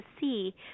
see